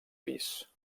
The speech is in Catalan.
pis